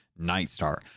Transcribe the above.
Nightstar